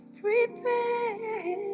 prepare